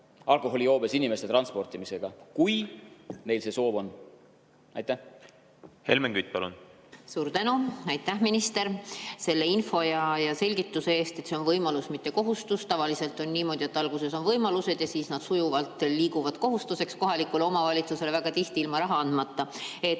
alkoholijoobes inimeste transportimisega. Kui neil see soov on. Helmen Kütt, palun! Helmen Kütt, palun! Suur tänu! Aitäh, minister, selle info ja selgituse eest, et see on võimalus, mitte kohustus! Tavaliselt on aga niimoodi, et alguses on võimalused ja siis need sujuvalt muutuvad kohustusteks, seejuures kohalikule omavalitsusele väga tihti ilma raha andmata.